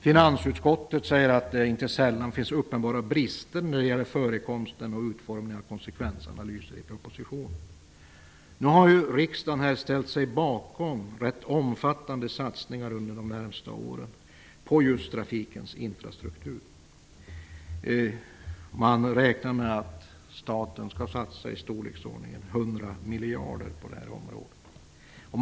Finansutskottet anser att det inte sällan finns uppenbara brister när det gäller förekomsten och utformningen av konsekvensanalyser i propositioner. Nu har riksdagen ställt sig bakom rätt omfattande satsningar under de närmsta åren på just trafikens infrastruktur. Man räknar med att staten skall satsa i storleksordningen 100 miljarder på detta område.